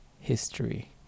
history